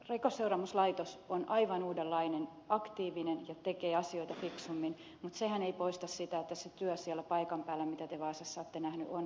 rikosseuraamuslaitos on aivan uudenlainen aktiivinen ja tekee asioita fiksummin mutta sehän ei poista sitä että se työ siellä paikan päällä mitä te vaasassa olette nähnyt on raskasta